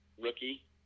rookie